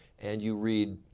and you read